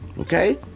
okay